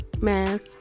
mask